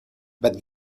but